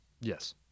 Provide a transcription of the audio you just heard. Yes